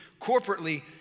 corporately